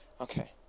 Okay